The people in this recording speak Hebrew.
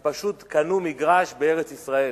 הם פשוט קנו מגרש בארץ-ישראל.